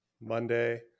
Monday